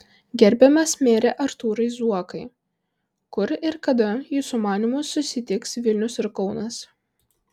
gerbiamas mere artūrai zuokai kur ir kada jūsų manymu susitiks vilnius ir kaunas